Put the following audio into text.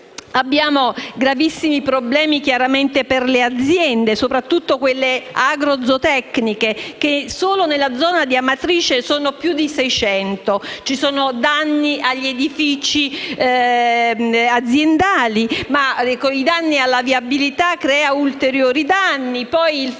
gravissimi problemi per le aziende, soprattutto quelle agro-zootecniche, che solo nella zona di Amatrice sono più di 600. Ci sono danni agli edifici aziendali, e i danni alla viabilità creano ulteriori danni.